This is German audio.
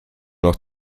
noch